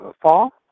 fall